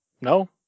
No